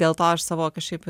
dėl to aš savo kažkaip